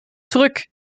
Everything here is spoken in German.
zurück